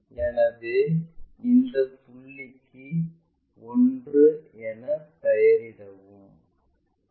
எனவே இந்தப் புள்ளிக்கு 1 என பெயர் இடவும்